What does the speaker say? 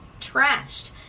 trashed